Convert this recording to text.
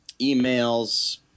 emails